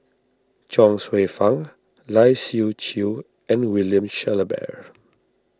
Chuang Hsueh Fang Lai Siu Chiu and William Shellabear